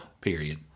Period